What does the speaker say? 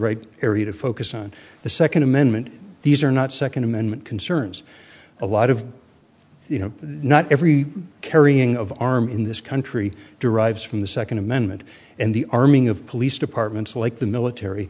right area to focus on the second amendment these are not second amendment concerns a lot of you know not every carrying of arm in this country derives from the second amendment and the arming of police departments like the military